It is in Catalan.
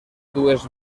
dues